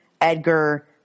Edgar